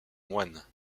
moines